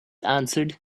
answered